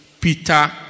Peter